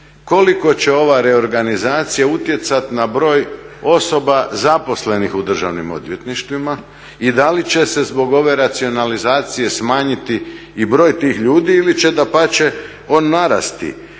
koliko će ova reorganizacija utjecati na broj osoba zaposlenih u državnim odvjetništvima i da li će se zbog ove racionalizacije smanjiti i broj tih ljudi ili će dapače on narasti